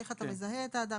איך אתה מזהה את האדם,